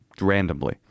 randomly